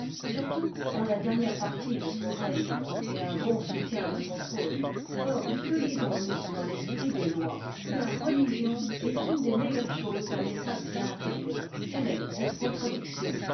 surtout dans la dernière partie de son règne et un bon soutien de son trône or que lisons-nous dans l'esprit des lois que la religion est une des meilleures choses d'un état bien réglé quelle est cette contradiction